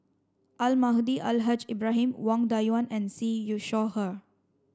Almahdi Al Haj Ibrahim Wang Dayuan and Siew You Shaw Her